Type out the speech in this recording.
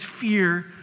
fear